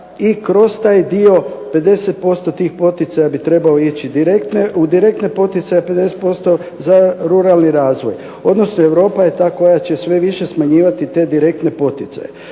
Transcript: i kroz taj dio 50% tih poticaja bi trebao ići u direktne poticaje, 50% za ruralni razvoj, odnosno Europa je ta koja će sve više smanjivati te direktne poticaje.